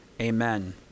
amen